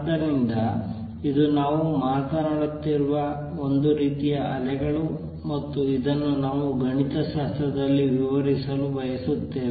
ಆದ್ದರಿಂದ ಇದು ನಾವು ಮಾತನಾಡುತ್ತಿರುವ ಒಂದು ರೀತಿಯ ಅಲೆಗಳು ಮತ್ತು ಇದನ್ನು ನಾವು ಗಣಿತಶಾಸ್ತ್ರದಲ್ಲಿ ವಿವರಿಸಲು ಬಯಸುತ್ತೇವೆ